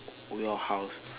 for your house